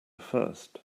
first